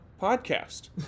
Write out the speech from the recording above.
podcast